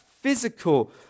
physical